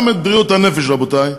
גם את בריאות הנפש, רבותי,